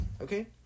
Okay